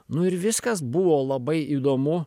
nu ir viskas buvo labai įdomu